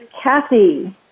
Kathy